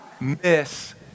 miss